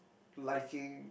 liking